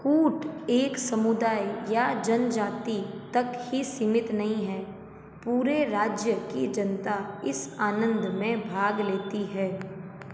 कूट एक समुदाय या जनजाति तक ही सीमित नहीं है पूरे राज्य की जनता इस आनंद में भाग लेती है